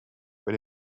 when